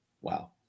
Wow